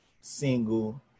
single